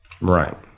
Right